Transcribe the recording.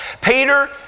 Peter